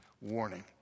warning